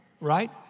right